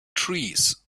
trees